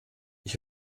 ich